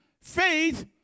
Faith